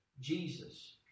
Jesus